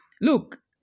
look